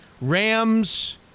Rams